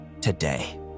today